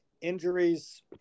injuries